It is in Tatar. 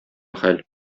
хәл